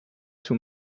too